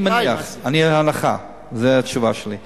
אני מניח, ההנחה, וזאת התשובה שלי,